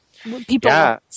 People